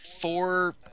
four